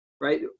right